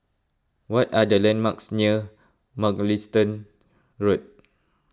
what are the landmarks near Mugliston Road